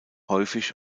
häufig